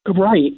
Right